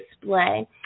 display